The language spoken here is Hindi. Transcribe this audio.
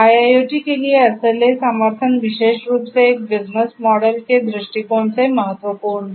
इसलिए IIoT के लिए SLA समर्थन विशेष रूप से एक बिजनेस मॉडल के दृष्टिकोण से महत्वपूर्ण है